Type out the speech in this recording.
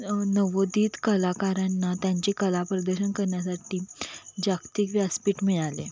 नवोदित कलाकारांना त्यांचे कला प्रदर्शन करण्यासाठी जागतिक व्यासपीठ मिळाले